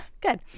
Good